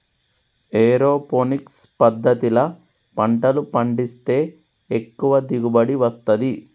aeroponics పద్దతిల పంటలు పండిస్తే ఎక్కువ దిగుబడి వస్తది